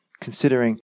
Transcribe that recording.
considering